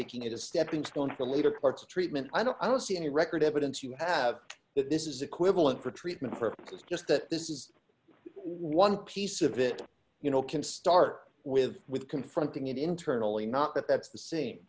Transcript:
making it a stepping stone for later parts of treatment and i don't see any record evidence d you have that this is equivalent for treatment for it's just that this is one piece of it you know can start with with confronting it internally not that that's the same